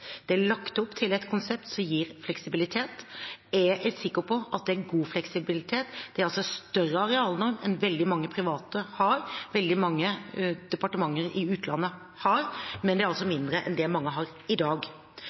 Det er lagt opp til et konsept som gir fleksibilitet. Jeg er sikker på at det er god fleksibilitet. Det er en større arealnorm enn det veldig mange private og veldig mange departementer i utlandet har, men det er altså mindre enn det mange har i dag.